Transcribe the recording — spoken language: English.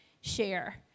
share